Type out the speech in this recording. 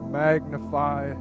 magnify